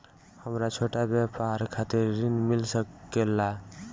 हमरा छोटा व्यापार खातिर ऋण मिल सके ला?